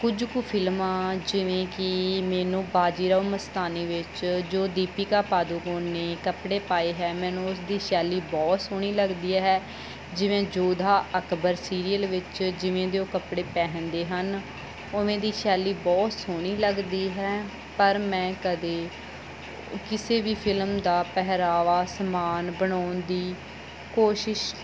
ਕੁਝ ਕੁ ਫਿਲਮਾਂ ਜਿਵੇਂ ਕੀ ਮੈਨੂੰ ਬਾਜੀਰਾਓ ਮਸਤਾਨੀ ਵਿੱਚ ਜੋ ਦੀਪਿਕਾ ਪਾਦੂਕੋਨ ਨੇ ਕੱਪੜੇ ਪਾਏ ਹੈ ਮੈਨੂੰ ਉਸਦੀ ਸ਼ੈਲੀ ਬਹੁਤ ਸੋਹਣੀ ਲੱਗਦੀ ਹੈ ਜਿਵੇਂ ਜੋਧਾ ਅਕਬਰ ਸੀਰੀਅਲ ਵਿੱਚ ਜਿਵੇਂ ਦੇ ਉਹ ਕੱਪੜੇ ਪਹਿਨਦੇ ਹਨ ਉਵੇਂ ਦੀ ਸ਼ੈਲੀ ਬਹੁਤ ਸੋਹਣੀ ਲੱਗਦੀ ਹੈ ਪਰ ਮੈਂ ਕਦੇ ਕਿਸੇ ਵੀ ਫਿਲਮ ਦਾ ਪਹਿਰਾਵਾ ਸਮਾਨ ਬਣਾਉਣ ਦੀ ਕੋਸ਼ਿਸ਼